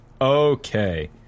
Okay